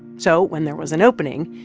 so when there was an opening,